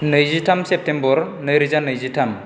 नैजिथाम सेप्तेम्बर नै रोजा नैजि थाम